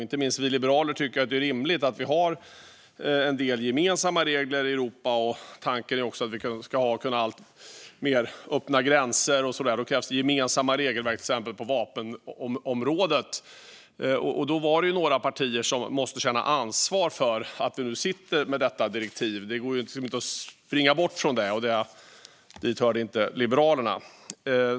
Inte minst vi liberaler tycker att det är rimligt att vi har en del gemensamma regler i Europa. Tanken är också att vi ska kunna ha alltmer öppna gränser. Då krävs det gemensamma regelverk till exempel på vapenområdet. Då är det några partier som måste känna ansvar för att vi nu sitter med detta direktiv - det går inte att springa bort från det - och dit hör inte Liberalerna.